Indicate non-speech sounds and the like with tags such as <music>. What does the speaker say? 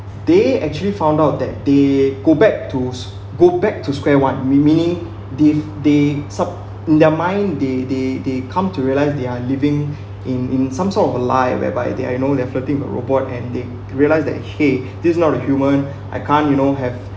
they actually found out that they go back to s~ go back to square one me meaning diff they sub in their mind they they they come to realise they're living in in some sort of a lie whereby their you know they're flirting a robot and they realised that !hey! <breath> this not a human <breath> I can't you know have